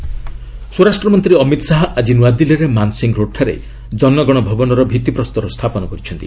Shah census ସ୍ୱରାଷ୍ଟ୍ରମନ୍ତ୍ରୀ ଅମିତ ଶାହା ଆଜି ନୂଆଦିଲ୍ଲୀର ମାନ୍ସିଂ ରୋଡଠାରେ ଜନଗଣ ଭବନର ଭିତ୍ତିପ୍ରସ୍ତର ସ୍ଥାପନ କରିଛନ୍ତି